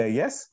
yes